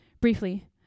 briefly